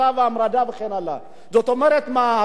כלומר, מערכת אכיפת החוק היום